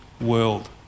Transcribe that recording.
world